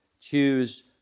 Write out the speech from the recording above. Choose